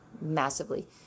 Massively